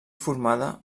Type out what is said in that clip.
formada